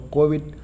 Covid